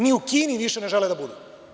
Ni u Kini više ne žele da budu.